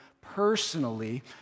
personally